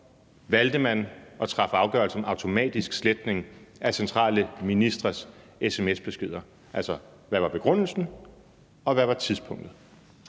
valgte man at træffe afgørelse om automatisk sletning af centrale ministrenes sms-beskeder? Altså, hvad var begrundelsen, og hvad var tidspunktet?